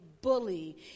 bully